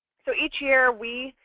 so each year we,